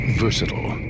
versatile